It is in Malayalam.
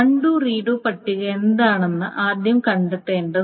അൺണ്ടു റീഡു പട്ടിക എന്താണെന്നതാണ് ആദ്യം കണ്ടെത്തേണ്ടത്